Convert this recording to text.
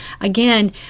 again